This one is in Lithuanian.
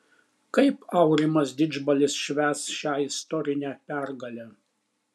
kaip aurimas didžbalis švęs šią istorinę pergalę